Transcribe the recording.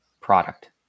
product